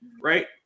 right